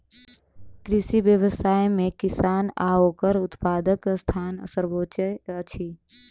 कृषि व्यवसाय मे किसान आ ओकर उत्पादकक स्थान सर्वोच्य अछि